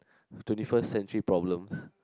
twenty first century problems